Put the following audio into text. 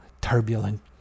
turbulent